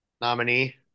nominee